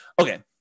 Okay